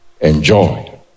enjoy